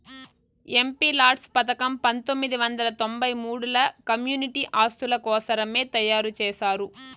MPLADS పథకం పంతొమ్మిది వందల తొంబై మూడుల కమ్యూనిటీ ఆస్తుల కోసరమే తయారు చేశారు